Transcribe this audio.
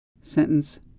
Sentence